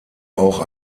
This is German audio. auch